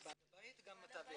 גם בעל הבית וגם המתווך.